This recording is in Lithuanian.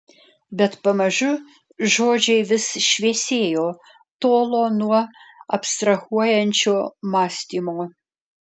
bet pamažu žodžiai vis šviesėjo tolo nuo abstrahuojančio mąstymo